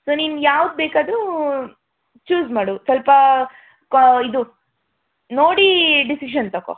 so ನೀನು ಯಾವ್ದು ಬೇಕಾದರು ಚೂಸ್ ಮಾಡು ಸ್ವಲ್ಪ ಕಾ ಇದು ನೋಡಿ ಡಿಸಿಷನ್ ತಗೋ